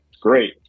great